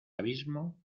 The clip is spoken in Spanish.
abismo